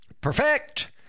perfect